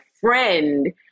friend